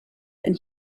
and